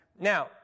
Now